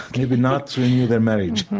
maybe not to renew their marriage,